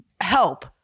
help